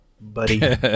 buddy